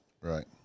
Right